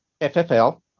FFL